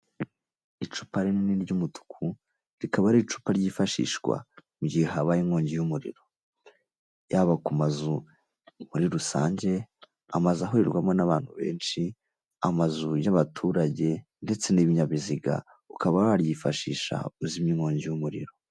Icupa rinini ry'umutuku rikaba ari icupa ryifashishwa mu gihe habaye inkongi y'umuriro yaba ku mazu muri rusange amazu ahurirwamo n'abantu benshi amazu y'abaturage ndetse n'ibinyabiziga ukaba waryifashisha uzimya inkongi y'umuriro.